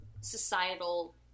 societal